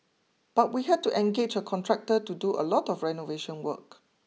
but we had to engage a contractor to do a lot of renovation work